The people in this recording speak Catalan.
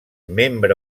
membre